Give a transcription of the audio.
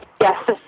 Yes